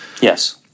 Yes